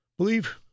believe